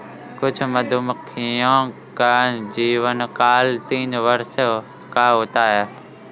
कुछ मधुमक्खियों का जीवनकाल तीन वर्ष का होता है